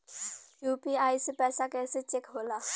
UPI से पैसा कैसे चेक होला?